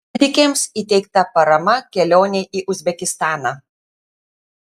medikėms įteikta parama kelionei į uzbekistaną